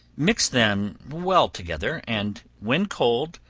mix them well together, and when cold,